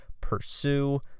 pursue